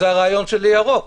זה הרעיון של אי ירוק,